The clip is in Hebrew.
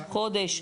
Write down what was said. חודש?